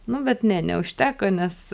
nu bet ne neužteko nes